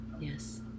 Yes